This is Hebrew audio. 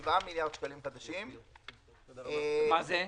"7 מיליארד שקלים חדשים";" מה זה?